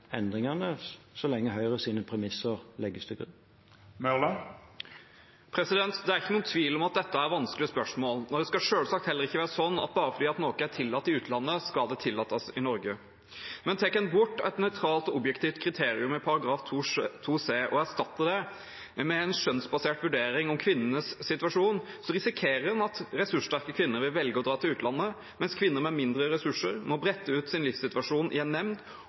endringene, så lenge Høyres premisser legges til grunn. Det er ikke noen tvil om at dette er vanskelige spørsmål. Det skal selvsagt heller ikke være sånn at bare fordi noe er tillatt i utlandet, skal det tillates i Norge. Men tar en bort et nøytralt og objektivt kriterium i § 2c og erstatter det med en skjønnsbasert vurdering av kvinnenes situasjon, risikerer en at ressurssterke kvinner vil velge å dra til utlandet, mens kvinner med mindre ressurser må brette ut sin livssituasjon i en nemnd